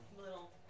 Little